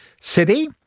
city